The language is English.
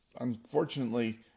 unfortunately